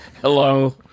Hello